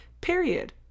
period